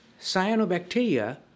Cyanobacteria